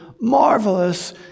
marvelous